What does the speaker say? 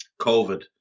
COVID